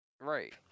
Right